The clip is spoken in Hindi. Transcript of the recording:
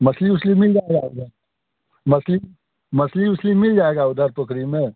मछली वछ्ली मिल जाएगा क्या मछली मछली वछ्ली मिल जाएगा उधर पोकरी में